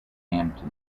hampton